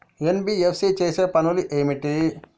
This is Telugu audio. ఎన్.బి.ఎఫ్.సి చేసే పనులు ఏమిటి?